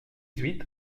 huit